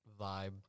vibe